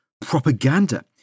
propaganda